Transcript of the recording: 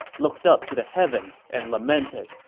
looked up to the heavens, and lamented,